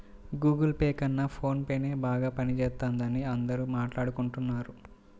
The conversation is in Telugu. గుగుల్ పే కన్నా ఫోన్ పేనే బాగా పనిజేత్తందని అందరూ మాట్టాడుకుంటన్నారు